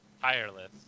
Tireless